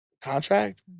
contract